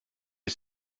ist